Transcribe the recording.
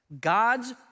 God's